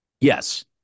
yes